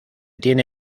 tiene